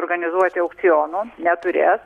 organizuoti aukcionų neturės